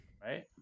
Right